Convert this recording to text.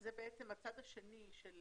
זה הצד השני של